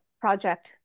project